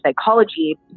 psychology